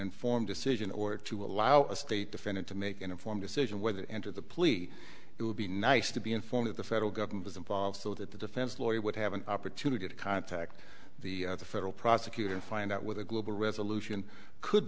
informed decision or to allow a state defendant to make an informed decision whether to enter the plea it would be nice to be informed that the federal government is involved so that the defense lawyer would have an opportunity to contact the federal prosecutor and find out with a global resolution could